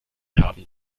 haben